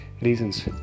reasons